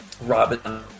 Robin